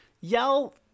Yell